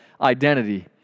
identity